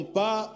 pas